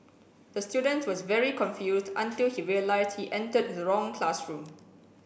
the student was very confused until he realised he entered the wrong classroom